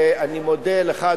ואני מודה לך,